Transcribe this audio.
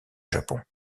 japon